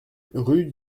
rue